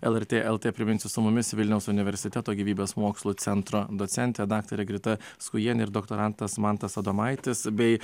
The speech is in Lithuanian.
lrt el tė priminsiu su mumis vilniaus universiteto gyvybės mokslų centro docentė daktarė grita skujienė ir doktorantas mantas adomaitis bei